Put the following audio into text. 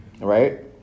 right